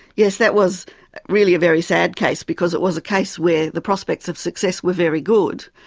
yes, that was really a very sad case because it was a case where the prospects of success were very good,